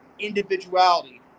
individuality